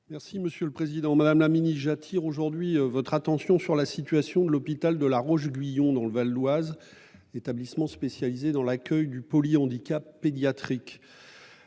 Merci monsieur le président, madame la mini-j'attire aujourd'hui votre attention sur la situation de l'hôpital de La Roche-Guyon dans le Val-d Oise. Établissements spécialisés dans l'accueil du polyhandicap pédiatrique.